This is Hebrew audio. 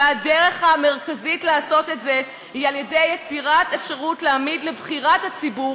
והדרך המרכזית לעשות את זה היא יצירת אפשרות להעמיד לבחירת הציבור